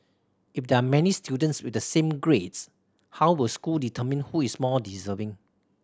if there are many students with the same grades how will school determine who is more deserving